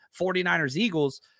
49ers-Eagles